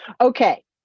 Okay